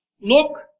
Look